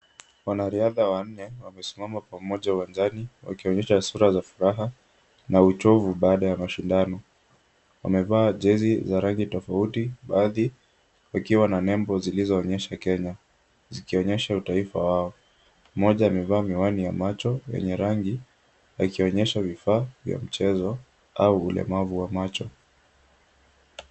Wanariadha wanne wamesimama pamoja uwanjani wakionyesha sura za furaha na uchovu baada ya mashindano. Wamevaa jezi za rangi tofauti baadhi wakiwa na nembo zilizoonyesha Kenya, zikionyesha utaifa wao. Mmoja amevaa miwani ya macho yenye rangi yakionyesha vifaa vya mchezo au ulemavu wa macho.